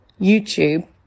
YouTube